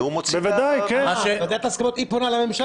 והוא מוציא --- ועדת ההסכמות פונה לממשלה?